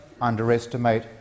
underestimate